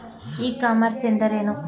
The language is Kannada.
ಇ ಕಾಮರ್ಸ್ ಎಂದರೇನು?